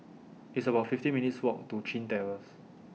It's about fifteen minutes' Walk to Chin Terrace